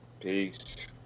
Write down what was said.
Peace